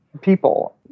people